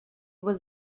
was